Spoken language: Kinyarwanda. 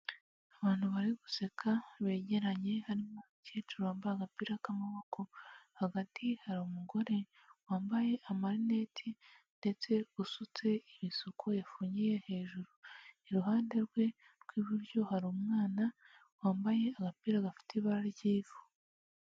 Abantu bari guseka begeranye harimo umukecuru wambaye agapira k'amaboko, hagati hari umugore wambaye amaneti ndetse usutse ibisuko yafungiye hejuru, iruhande rwe rw'iburyo hari umwana wambaye agapira gafite ibara ry'ivu.